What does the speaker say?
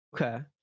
Okay